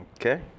Okay